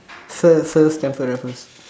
sir sir Stamford Raffles